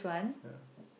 ya